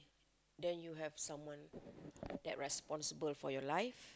then you have someone that responsible for your life